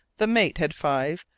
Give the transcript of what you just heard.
the mate had five,